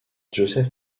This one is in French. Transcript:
joseph